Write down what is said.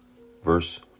verse